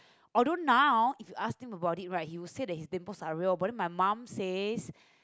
although now if you ask him about it right he will say that his dimples are real but then my mum says